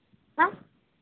आँय